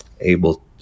able